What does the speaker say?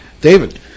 David